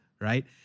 right